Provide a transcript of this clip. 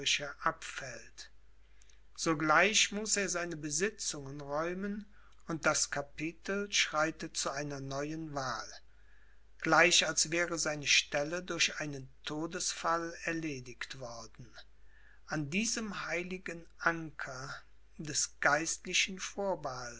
abfällt sogleich muß er seine besitzungen räumen und das kapitel schreitet zu einer neuen wahl gleich als wäre seine stelle durch einen todesfall erledigt worden an diesem heiligen anker des geistlichen vorbehalts